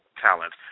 talent